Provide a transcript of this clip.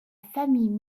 famille